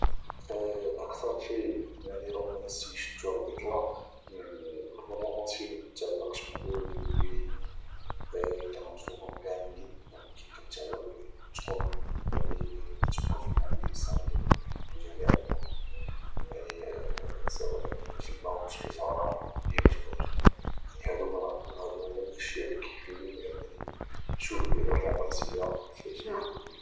اكثر شيء رومنسي شتو على الإطلاق امكن الرومنسية مكتعلقش بالحوايج اللي كنعرفوهم كاملين ولكن كتعلق بأنك تكون يعني كتوقف مع الإنسان اللي معك في جميع الظروف يعني سواء في الموت في الفرح ديما تكون في جنبو يعني هادو هما الأشياء اللي كيخليوني انني نشوف الرومنسية فبزاف د الحوايج